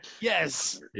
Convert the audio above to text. Yes